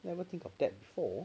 I never think of that before